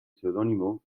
pseudónimo